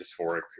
dysphoric